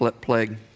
plague